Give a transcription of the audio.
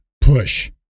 push